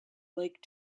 lake